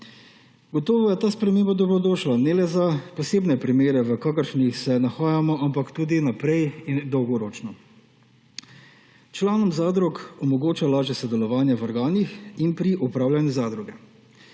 Gotovo je ta sprememba dobrodošla ne le za posebne primere, v kakršnih se nahajamo, ampak tudi vnaprej dolgoročno. Članom zadrug omogoča lažje sodelovanje v organih in pri upravljanju zadruge.